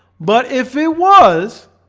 but if it was